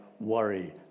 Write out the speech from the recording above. worry